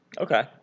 Okay